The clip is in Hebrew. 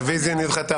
הרביזיה נדחתה.